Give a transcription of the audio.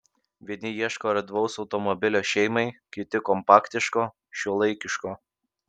vieni ieško erdvaus automobilio šeimai kiti kompaktiško šiuolaikiško